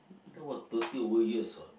that was thirty over years what